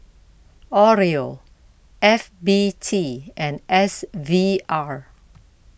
Oreo F B T and S V R